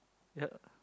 yup